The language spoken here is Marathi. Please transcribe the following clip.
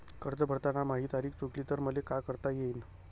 कर्ज भरताना माही तारीख चुकली तर मले का करता येईन?